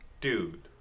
dude